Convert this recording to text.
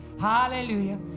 Hallelujah